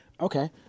Okay